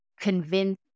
convince